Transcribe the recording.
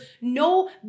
no